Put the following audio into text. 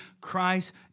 christ